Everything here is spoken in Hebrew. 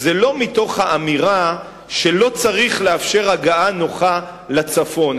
זה לא מתוך האמירה שלא צריך לאפשר הגעה נוחה לצפון,